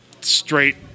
straight